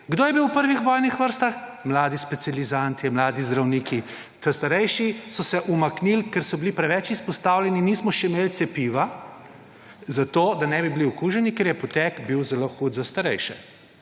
Kdo je bil v prvih bojnih vrstah? Mladi specializanti, mladi zdravniki. Ta starejši so se umaknil, ker so bili preveč izpostavljeni, nismo še imel cepiva, zato, da ne bi bili okuženi, ker je potek bil zelo hud za starejše